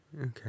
Okay